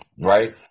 right